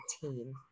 team